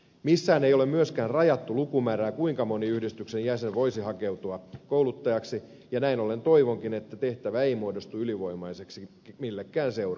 missään ei ole myöskään rajattu lukumäärää kuinka moni yhdistyksen jäsen voisi hakeutua kouluttajaksi ja näin ollen toivonkin että tehtävä ei muodostu ylivoimaiseksi millekään seuralle